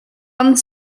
pan